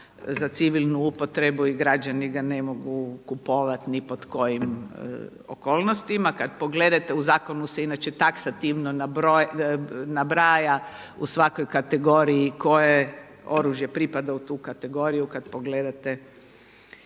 za civilnu upotrebu i građani ga ne mogu kupovati ni pod kojim okolnostima. Kada pogledate u zakonu se inače taksativno nabraja u svakoj kategoriji koje oružje pripada u tu kategoriju kada pogledate